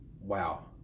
wow